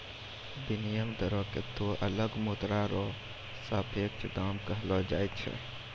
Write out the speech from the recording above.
विनिमय दरो क दो अलग मुद्रा र सापेक्ष दाम कहलो जाय छै